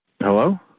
Hello